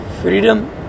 Freedom